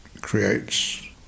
creates